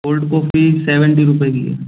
cold coffee seventy rupees में